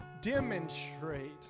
demonstrate